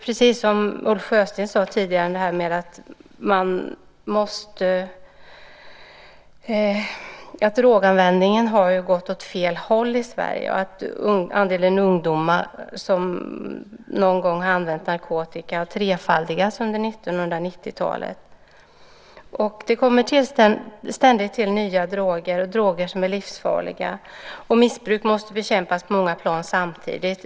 Precis som Ulf Sjösten sade tidigare har droganvändningen gått åt fel håll i Sverige, och andelen ungdomar som någon gång handlat narkotika har trefaldigats under 1990-talet. Det kommer ständigt till nya droger, droger som är livsfarliga. Missbruk måste bekämpas på många plan samtidigt.